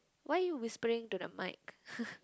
why you whispering to the mike